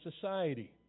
society